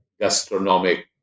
gastronomic